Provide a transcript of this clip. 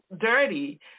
dirty